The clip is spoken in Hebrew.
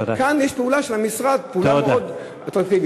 כאן יש פעולה של המשרד, פעולה מאוד אטרקטיבית.